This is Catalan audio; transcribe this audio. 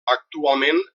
actualment